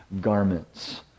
garments